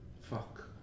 Fuck